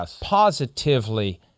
positively